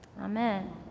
Amen